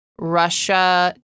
Russia